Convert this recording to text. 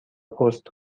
پست